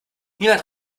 niemand